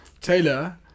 Taylor